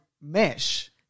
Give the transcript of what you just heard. mesh